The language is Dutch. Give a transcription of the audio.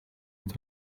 het